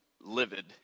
livid